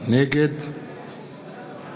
נגד